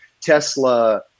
tesla